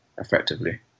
effectively